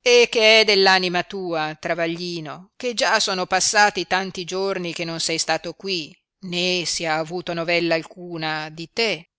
e che è dell anima tua travaglino che già sono passati tanti giorni che non sei stato qui né si ha avuto novella alcuna di te